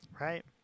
Right